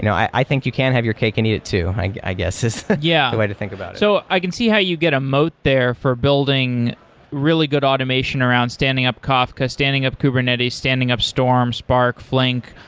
you know i think you can have your cake and eat it too, i guess is the yeah way to think about it. yeah. so i can see how you get a moat there for building really good automation around standing up kafka, standing up kubernetes, standing up storm, spark, flink,